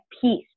peace